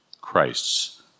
Christ's